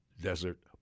Desert